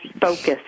focus